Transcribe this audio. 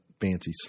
fancy